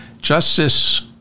Justice